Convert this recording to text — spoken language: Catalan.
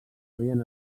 havien